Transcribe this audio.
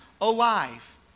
alive